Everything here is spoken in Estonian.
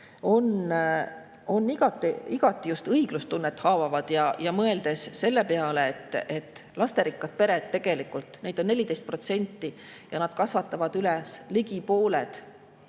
on igati just õiglustunnet haavavad. Mõeldes selle peale, et lasterikkad pered – neid on 14% ja nad kasvatavad üles ligi pooled